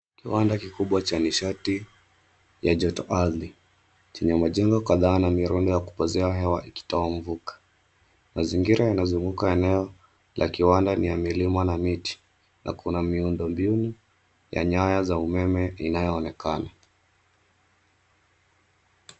Kiwanda kikubwa cha nishati ya joto ardhi chenye majengo kadhaa na mirundo ya kupozea hewa ikitoa mvuke. Mazingira yanazunguka eneo la kiwanda ni ya milima na miti na kuna miundo mbinu ya nyaya za umeme inayoonekana.